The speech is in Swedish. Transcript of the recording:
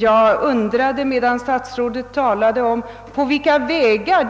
Jag undrade, medan statsrådet talade, på vilka vägar